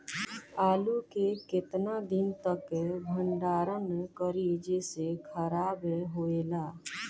आलू के केतना दिन तक भंडारण करी जेसे खराब होएला?